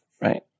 right